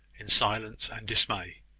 in silence and dismay.